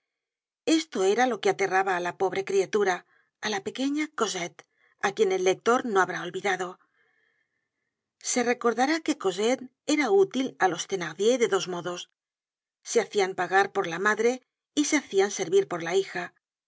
esto era lo que aterraba á la pobre criatura á la pequeña cosette á quien el lector no habrá olvidado se recordará que cosette era útil á los thenardier de dos modos se hacian pagar por la madre y se hacian servir por la hija